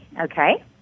okay